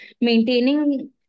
maintaining